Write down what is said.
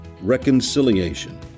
reconciliation